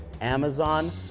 Amazon